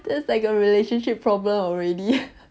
this like a relationship problem already